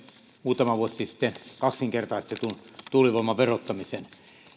muutama vuosi sitten kaksinkertaistetun tuulivoiman verottamisen